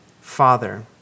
Father